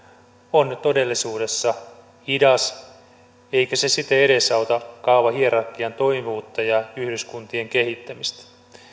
on todellisuudessa hidas eikä se siten edesauta kaavahierarkian toimivuutta ja yhdyskuntien kehittämistä